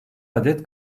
adet